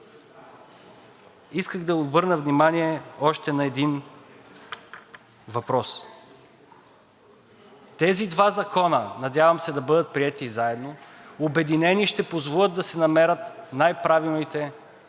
Исках да обърна внимание още на един въпрос. Тези два закона, надявам се да бъдат приети заедно – обединени, ще позволят да се намерят най-правилните решения.